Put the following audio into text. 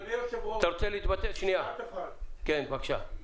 אבו, בבקשה.